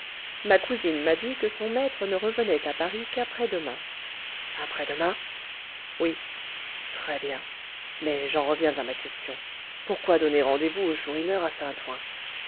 ma cousine m'a dit que son maître ne revenait à paris qu'après-demain après-demain oui très-bien mais j'en reviens à ma question pourquoi donner rendez-vous au chourineur à saint-ouen